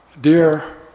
Dear